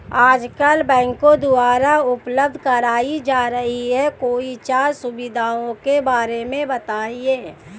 आजकल बैंकों द्वारा उपलब्ध कराई जा रही कोई चार सुविधाओं के बारे में बताइए?